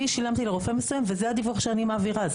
אני שילמתי לרופא מסוים וזה הדיווח שאני מעבירה,